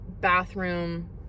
bathroom